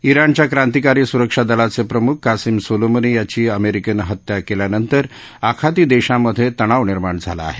जिणच्या क्रांतीकारी सुरक्षादलाचे प्रमुख कासिम सोलोमनी याची अमेरिकेनं हत्या केल्यानंतर आखाती देशांमधे तणाव निर्माण झाला आहे